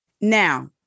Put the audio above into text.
Now